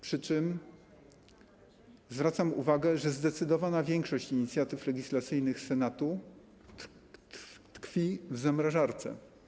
Przy tym zwracam uwagę, że zdecydowana większość inicjatyw legislacyjnych Senatu tkwi w zamrażarce.